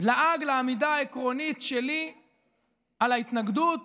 לעג לעמידה העקרונית שלי על ההתנגדות